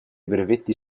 brevetti